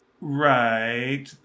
Right